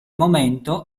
momento